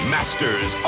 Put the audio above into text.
Masters